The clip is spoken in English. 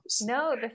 No